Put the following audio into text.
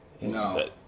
No